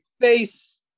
face